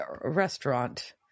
restaurant